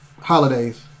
holidays